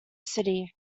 city